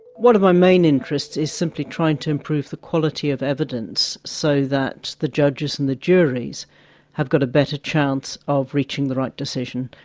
one of my main interests is simply trying to improve the quality of evidence so that the judges and the juries have got a better chance of reaching the right decision.